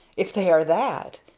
if they are that.